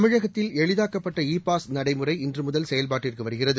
தமிழகத்தில் எளிதாக்கப்பட்ட இபாஸ் நடைமுறை இன்றுமுதல் செயல்பாட்டிற்குவருகிறது